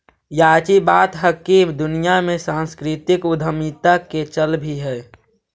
याची बात हैकी दुनिया में सांस्कृतिक उद्यमीता का चल भी है